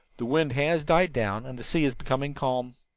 the wind has died down and the sea is becoming calm.